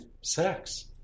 sex